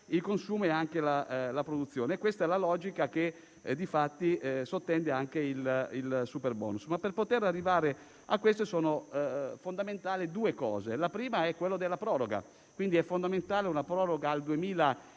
i consumi e anche la produzione. Questa è la logica che di fatto sottende anche al superbonus; ma per poter arrivare a questo sono fondamentali due elementi: il primo è la proroga. È fondamentale una proroga al 2023